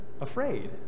afraid